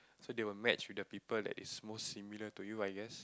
so they will match with the people that is most similar to you I guess